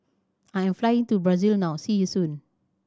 I am flying to Brazil now see you soon